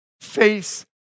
face